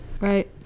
Right